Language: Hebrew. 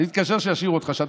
אני מתקשר שישאירו אותך שם.